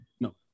No